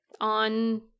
on